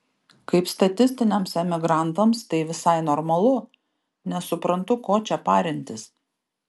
kaip statistiniams emigrantams tai visai normalu nesuprantu ko čia parintis